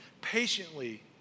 patiently